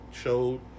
showed